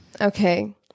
Okay